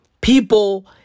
People